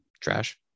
trash